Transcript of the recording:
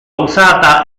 usata